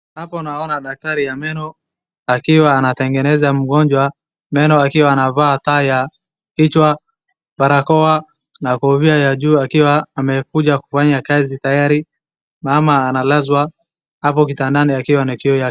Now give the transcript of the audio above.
Hapa naona daktari ya meno akiwa anatengeneza mgonjwa meno akiwa anavaa taa ya kichwa, barakoa na kofia juuakiwa amekuja kufanya kazi. Tayari mama analazwa hapo kitandani akiwa na kioo yake.